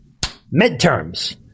midterms